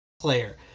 player